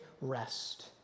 rest